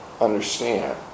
understand